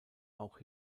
auch